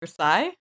Versailles